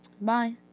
bye